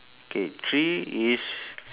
K three is